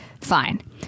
Fine